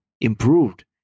improved